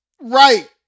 Right